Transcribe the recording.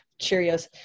Cheerios